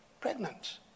Pregnant